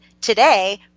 today